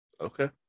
Okay